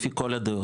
לפי כל הדעות.